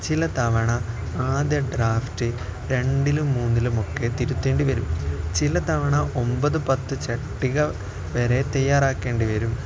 ചില തവണ ആദ്യ ഡ്രാഫ്റ്റ് രണ്ടിലും മൂന്നിലുമൊക്കെ തിരുത്തേണ്ടിവരും ചില തവണ ഒമ്പത് പത്ത് പട്ടിക വരെ തയ്യാറാക്കേണ്ടിവരും